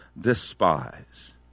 despise